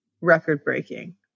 record-breaking